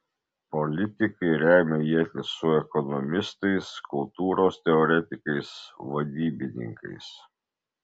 politikai remia ietis su ekonomistais kultūros teoretikais vadybininkais